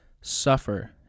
suffer